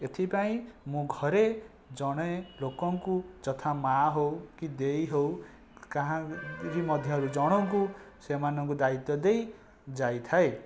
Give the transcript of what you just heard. ଏଥିପାଇଁ ମୁଁ ଘରେ ଜଣେ ଲୋକଙ୍କୁ ଯଥା ମା ହେଉ କି ଦେଇ ହେଉ ମଧ୍ୟରୁ ଜଣଙ୍କୁ ସେମାନଙ୍କୁ ଦାୟିତ୍ଵ ଦେଇ ଯାଇଥାଏ